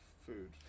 food